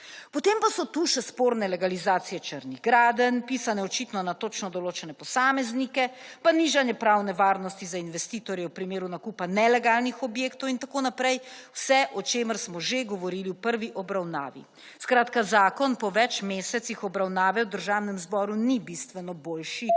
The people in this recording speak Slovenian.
Potem pa so tu še sporne legalizacije črnih gradenj, pisane očitno na točno določene posameznike, pa nižanje pravne varnosti za investitorje v primeru nakupa nelegalnih objektov in tako naprej. Vse, o čemer smo že govorili v prvi obravnavi. Skratka zakon po več mesecih obravnave v Državnem zboru ni bistveno boljši